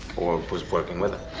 or was working with him?